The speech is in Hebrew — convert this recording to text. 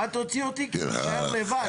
גם אל תוציא אותי כי תישאר לבד.